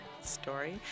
Story